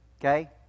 Okay